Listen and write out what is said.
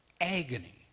agony